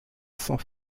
sans